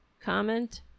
comment